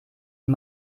die